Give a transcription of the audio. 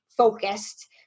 focused